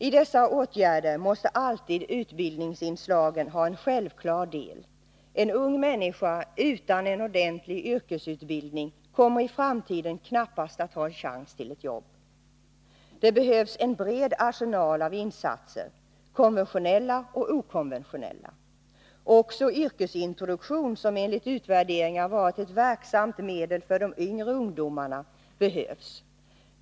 I dessa åtgärder måste utbildningsinslagen alltid vara en självklar del. En ung människa utan en ordentlig yrkesutbildning kommer i framtiden knappast att ha chans till ett jobb. Det behövs en bred arsenal av insatser — konventionella och okonventionella. Också yrkesintroduktion, som enligt utvärderingar har varit ett verksamt medel för de yngre ungdomarna, behövs.